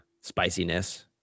spiciness